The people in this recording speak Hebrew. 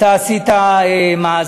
אתה עשית מאזן